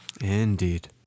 indeed